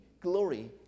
glory